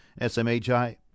smhi